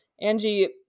angie